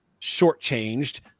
shortchanged